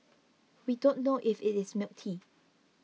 we don't know if it is milk tea